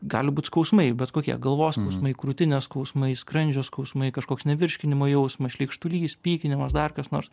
gali būt skausmai bet kokie galvos skausmai krūtinės skausmai skrandžio skausmai kažkoks nevirškinimo jausmas šleikštulys pykinimas dar kas nors